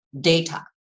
data